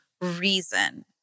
reason